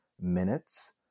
minutes